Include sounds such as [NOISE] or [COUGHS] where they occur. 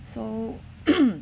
so [COUGHS]